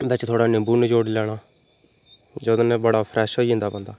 बिच्च थोड़ा निम्बू नचोड़ी लैना जेह्दे कन्नै बड़ा फ्रेश होई जन्दा बन्दा